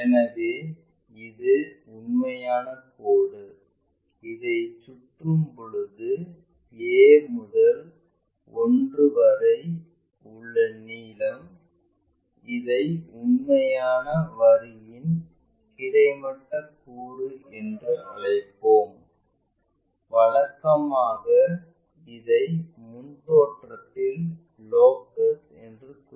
எனவே இது உண்மையான கோடு இதை சுற்றும் பொழுது a முதல் 1 வரை உள்ள நீலம் இதை உண்மையான வரியின் கிடைமட்ட கூறு என்று அழைப்போம் வழக்கமாக இதை முன் தோற்றத்தின் லோக்கஸ் என்று குறிப்பிடலாம்